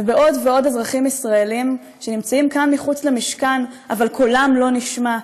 ובעוד ועוד אזרחים ישראלים שנמצאים כאן מחוץ למשכן אבל קולם לא נשמע,